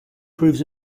proves